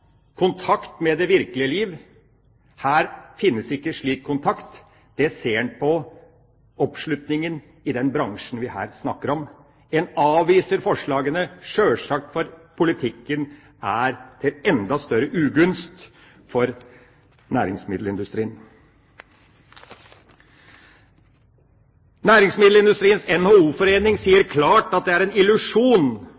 kontakt med det virkelige liv. Her finnes ikke slik kontakt. Det ser en på oppslutningen i den bransjen vi her snakker om. En avviser forslagene, sjølsagt fordi politikken er til enda større ugunst for næringsmiddelindustrien. Næringsmiddelindustriens